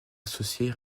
associés